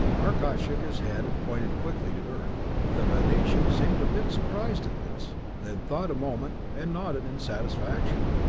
arcot shook his head and pointed quickly to earth. the venetian seemed a bit surprised at this, then thought a moment and nodded in satisfaction.